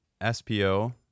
SPO